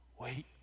Wait